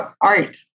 art